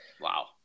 Wow